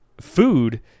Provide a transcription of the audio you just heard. food